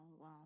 wow